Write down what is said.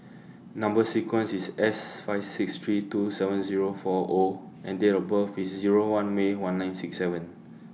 Number sequence IS S five six three two seven Zero four O and Date of birth IS Zero one May one nine six seven